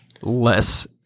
less